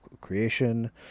Creation